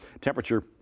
temperature